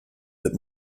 that